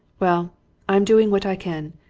well i'm doing what i can.